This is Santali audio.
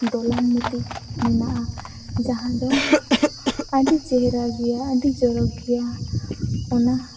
ᱫᱚᱞᱟᱱ ᱢᱤᱫᱴᱤᱡ ᱢᱮᱱᱟᱜᱼᱟ ᱡᱟᱦᱟᱸᱫᱚ ᱟᱹᱰᱤ ᱪᱮᱦᱨᱟ ᱜᱮᱭᱟ ᱟᱹᱰᱤ ᱪᱚᱨᱚᱠ ᱜᱮᱭᱟ ᱚᱱᱟ